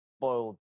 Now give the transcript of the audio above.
boiled